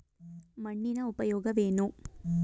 ಮಣ್ಣಿನ ಉಪಯೋಗವೇನು?